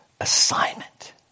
assignment